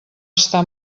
està